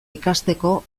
ikasteko